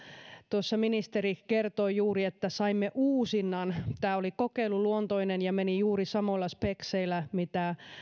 tuossa ministeri kertoi juuri että saimme uusinnan tämä oli kokeiluluontoinen ja meni juuri samoilla spekseillä mitä